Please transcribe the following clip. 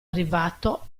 arrivato